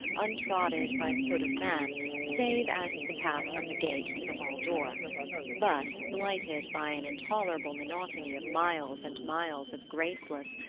untrodden by the foot of man save as to the path from the gate to the hall door but blighted by an intolerable monotony of miles and miles of graceless,